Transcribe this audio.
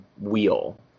wheel